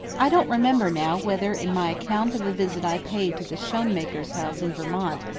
i don't remember now whether in my account of the visit i paid to the schoenmakers' house in vermont,